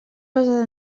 basada